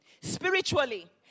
spiritually